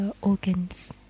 organs